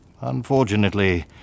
Unfortunately